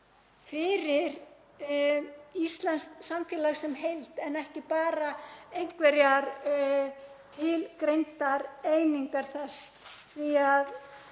fyrir íslenskt samfélag sem heild en ekki bara einhverjar tilgreindar einingar þess.